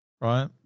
right